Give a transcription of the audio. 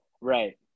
right